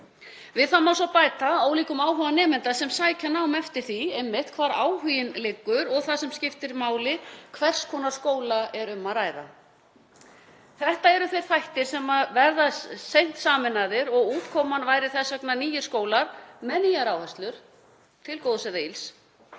Við það má svo bæta ólíkum áhuga nemenda sem sækja nám eftir því hvar áhuginn liggur og, það sem skiptir máli, hvers konar skóla er um að ræða. Þetta eru þeir þættir sem verða seint sameinaðir og útkoman væri þess vegna nýir skólar með nýjar áherslur til góðs eða ills.